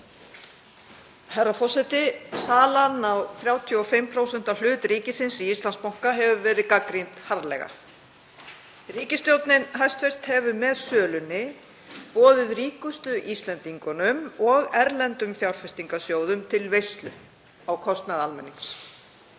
Herra forseti. Salan á 35% hlut ríkisins í Íslandsbanka hefur verið gagnrýnd harðlega. Hæstv. ríkisstjórn hefur með sölunni boðið ríkustu Íslendingunum og erlendum fjárfestingarsjóðum til veislu á kostnað almennings.